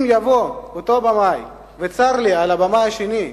אם יבוא אותו במאי, וצר לי על הבמאי השני,